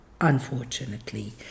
unfortunately